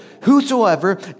whosoever